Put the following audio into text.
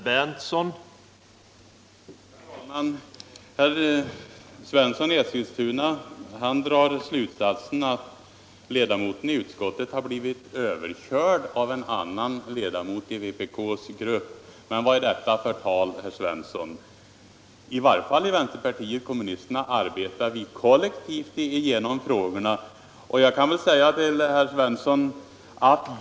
Herr talman! Herr Svensson i Eskilstuna drar slutsatsen att vpk-ledamoten i utskottet har blivit överkörd av en annan ledamot i vpkgruppen. Vad är det för tal, herr Svensson i Eskilstuna? Inom vänsterpartiet kommunisterna arbetar vi kollektivt igenom frågorna.